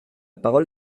parole